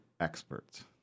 experts